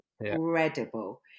incredible